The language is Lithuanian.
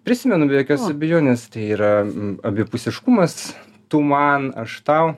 prisimenu be jokios abejonės tai yra abipusiškumas tu man aš tau